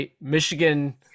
Michigan